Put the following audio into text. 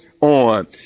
on